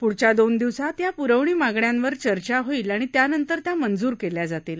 प्ढच्या दोन दिवसात या प्रवणी मागण्यांवर चर्चा होईल आणि त्यानंतर त्या मंजूर केल्या जातील